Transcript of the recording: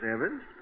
Evans